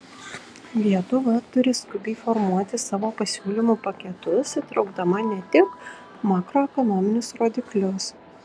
lietuva turi skubiai formuoti savo pasiūlymų paketus įtraukdama ne tik makroekonominius rodiklius